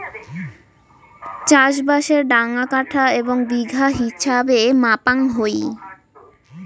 চাষবাসের ডাঙা কাঠা এবং বিঘা হিছাবে মাপাং হই